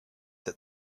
that